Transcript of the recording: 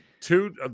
Two